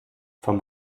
vom